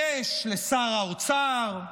יש לשר האוצר,